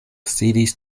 sidis